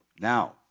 Now